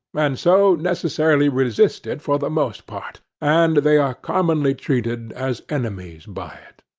and so necessarily resist it for the most part and they are commonly treated as enemies by it.